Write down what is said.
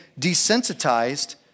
desensitized